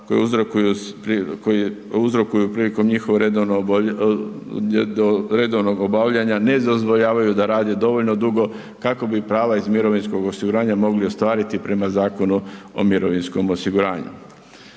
koje uzrokuju prilikom njihovog redovnog obavljanja ne dozvoljavaju da rade dovoljno dugo kako bi prava iz mirovinskog osiguranja mogli ostvariti prema Zakonu o mirovinskom osiguranju.